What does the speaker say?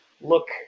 look